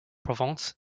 provence